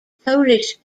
polish